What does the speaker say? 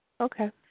okay